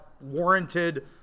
Warranted